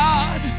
God